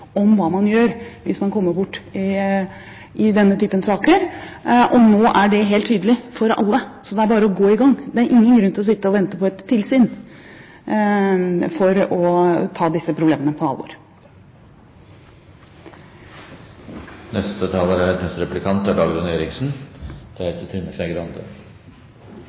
om hva man gjør hvis man kommer bort i denne typen saker. Nå er det helt tydelig for alle. Så det er bare å gå i gang. Det er ingen grunn til å sitte og vente på et tilsyn for å ta disse problemene på alvor. Bare til det siste først: Jeg vil også si at dette er